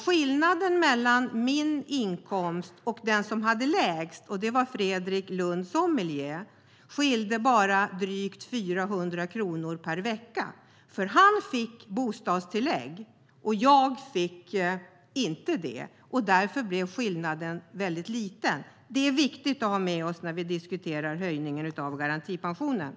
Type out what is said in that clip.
Skillnaden mellan mig och den som låg lägst, Fredrik Lundh Sammeli, var bara drygt 400 kronor per vecka. Han fick nämligen bostadstillägg, och det fick inte jag. Därför blev skillnaden väldigt liten. Det är viktigt att ha med när vi diskuterar höjningen av garantipensionen.